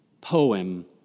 poem